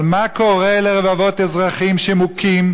אבל מה קורה לרבבות אזרחים שמוכים,